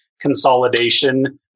consolidation